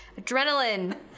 Adrenaline